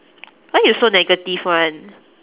why you so negative [one]